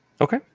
Okay